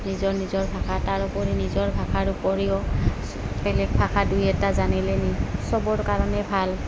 নিজৰ নিজৰ ভাষা তাৰোপৰি নিজৰ ভাষাৰ উপৰিও বেলেগ ভাষা দুই এটা জানিলে নি চবৰ কাৰণে ভাল